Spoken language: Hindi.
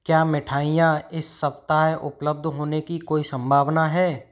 क्या मिठाईयाँ इस सप्ताह उपलब्ध होने की कोई सम्भावना है